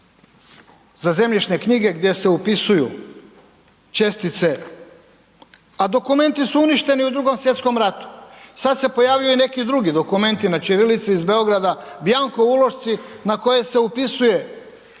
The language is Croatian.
za zemljišne knjige gdje se upisuju čestice a dokumenti su uništeni u Drugom svjetskom ratu. Sad se pojavljuju i neki drugi dokumenti na ćirilici iz Beograda bianco ulošci na koje se upisuje te